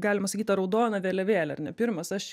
galima sakyt ta raudona vėliavėlė ar ne pirmas aš